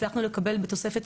הצלחנו לקבל ממשרד הבריאות תוספת